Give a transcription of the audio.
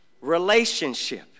relationship